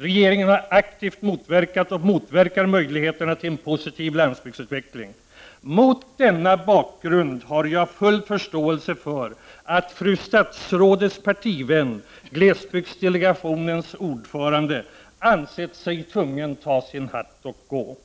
Regeringen har aktivt motverkat, och motverkar, möjligheterna till en positiv landsbygdsutveckling. Mot denna bakgrund har jag full förståelse för att fru statsrådets partivän, glesbygdsdelegationens ordförande, ansett sig tvungen ta sin hatt och gå.